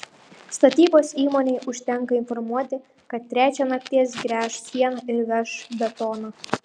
statybos įmonei užtenka informuoti kad trečią nakties gręš sieną ir veš betoną